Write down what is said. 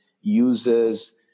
users